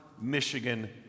Michigan